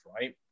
right